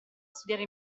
studiare